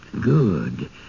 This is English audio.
Good